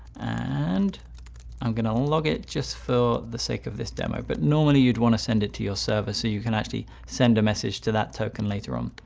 and i'm going to log it just for the sake of this demo. but normally you'd want to send it to your server so you can actually send a message to that token later on.